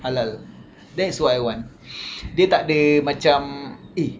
halal that is what I want dia tak ada macam eh